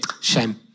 Shame